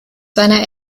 seiner